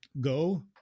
go